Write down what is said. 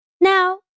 Now